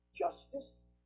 Justice